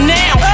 now